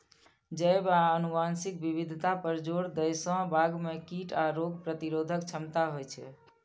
जैव आ आनुवंशिक विविधता पर जोर दै सं बाग मे कीट आ रोग प्रतिरोधक क्षमता होइ छै